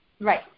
Right